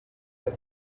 have